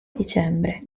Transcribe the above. dicembre